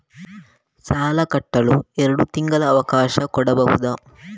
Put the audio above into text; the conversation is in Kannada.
ಸಾಲ ಕಟ್ಟಲು ಎರಡು ತಿಂಗಳ ಅವಕಾಶ ಕೊಡಬಹುದಾ?